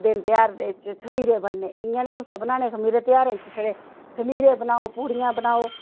दिन ध्यार बिच्च खमीरे बनने इ'यां नी कुसै बनाने खमीरे ध्यारें च छड़े खमीरे बनाओ पूड़ियां बनाओ